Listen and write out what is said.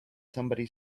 somebody